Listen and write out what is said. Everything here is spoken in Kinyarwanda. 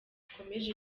ikomeje